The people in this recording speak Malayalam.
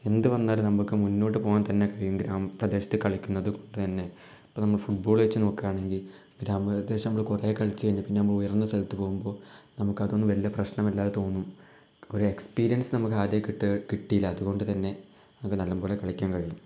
എന്ത് വന്നാലും നമുക്ക് മുന്നോട്ട് പോകാൻ തന്നെ കഴിയും ഗ്രാമപ്രദേശത്ത് കളിക്കുന്നത് തന്നെ ഇപ്പം നമ്മൾ ഫുട്ബോള് വച്ച് നോക്കുവാണെങ്കിൽ ഗ്രാമപ്രദേശത്ത് നമ്മൾ കുറെ കളിച്ച് കഴിഞ്ഞാൽ പിന്നെ നമ്മള് ഉയർന്ന സ്ഥലത്തു പോകുമ്പോൾ നമുക്കതൊന്നും വലിയ പ്രശ്നമല്ലാതെ തോന്നും ഒര് എസ്പീരിയൻസ് നമുക്ക് അധികം കി കിട്ടില്ല അതുകൊണ്ടുതന്നെ നമുക്ക് നല്ലപോലെ കളിക്കാൻ കഴിയും